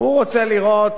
הוא רוצה לראות